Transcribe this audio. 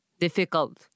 Difficult